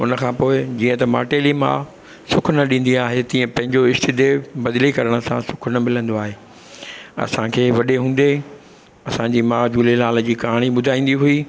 उनखां पोइ जीअं त माटेली मां सुखु न ॾींदी आहे तीअं पंहिंजो इष्ट देव बदिली करण सां सुखु न मिलंदो आहे असांखे वॾे हूंदे असांजी मां झूलेलाल जी कहाणी ॿुधाईंदी हुई